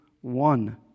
one